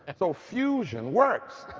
and so fusion works.